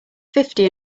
fifty